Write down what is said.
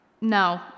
no